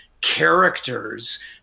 characters